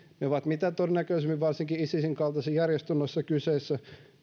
ne ovat mitä todennäköisimmin varsinkin isisin kaltaisten järjestöjen ollessa kyseessä